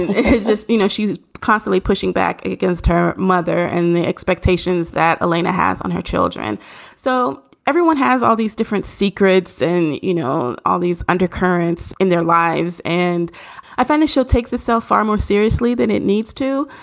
it's just, you know, she's constantly pushing back against her mother and the expectations that elaina has on her children. and so everyone has all these different secrets and, you know, all these undercurrents in their lives. and i found this show takes us so far more seriously than it needs to.